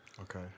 Okay